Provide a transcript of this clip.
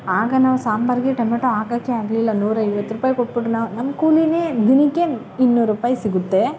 ಆಗ ನಾವು ಸಾಂಬಾರಿಗೆ ಟೊಮೆಟೊ ಹಾಕೋಕ್ಕೆ ಆಗಲಿಲ್ಲ ನೂರ ಐವತ್ತು ರೂಪಾಯಿ ಕೊಟ್ಬಿಟ್ಟು ನಾವು ನಮ್ಮ ಕೂಲಿಯೇ ದಿನಕ್ಕೆ ಇನ್ನೂರು ರೂಪಾಯಿ ಸಿಗುತ್ತೆ